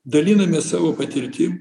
dalinamės savo patirtim